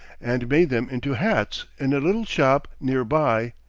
and made them into hats in a little shop near by,